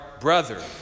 brother